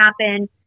happen